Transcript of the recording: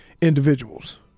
individuals